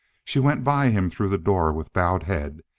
she went by him through the door with bowed head.